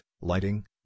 lighting